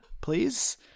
please